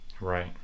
right